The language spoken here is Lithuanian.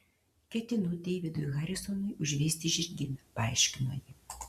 ketinu deividui harisonui užveisti žirgyną paaiškino ji